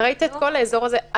ראית את כל האזור הזה?